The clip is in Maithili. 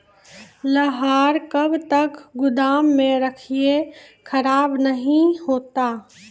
लहार कब तक गुदाम मे रखिए खराब नहीं होता?